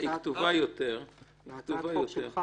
היא כתובה יותר --- בהצעת החוק שלך